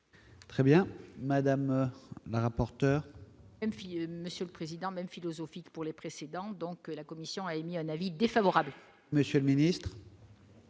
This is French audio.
Très bien, madame la rapporteure. Une file monsieur le Président, même philosophique pour les précédents donc la commission a émis un avis défavorable. Monsieur le Ministre.